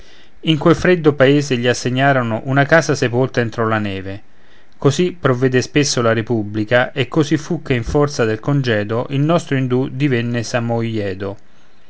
in quel freddo paese gli assegnarono una casa sepolta entro la neve così provvede spesso la repubblica e così fu che in forza del congedo il nostro indou divenne samoiedo ma